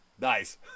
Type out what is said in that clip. Nice